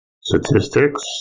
statistics